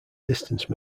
distance